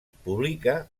publica